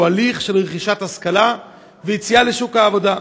הליך של רכישת השכלה ויציאה לשוק העבודה.